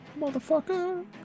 Motherfucker